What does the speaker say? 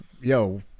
yo